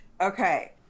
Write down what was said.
Okay